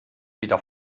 wieder